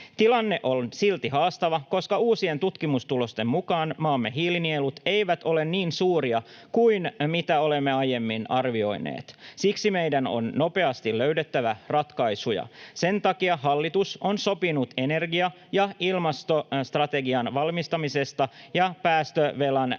Tilanne on silti haastava, koska uusien tutkimustulosten mukaan maamme hiilinielut eivät ole niin suuria kuin mitä olemme aiemmin arvioineet. Siksi meidän on nopeasti löydettävä ratkaisuja. Sen takia hallitus on sopinut energia- ja ilmastostrategian valmistelemisesta ja päästövelan